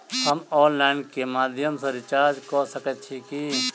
हम ऑनलाइन केँ माध्यम सँ रिचार्ज कऽ सकैत छी की?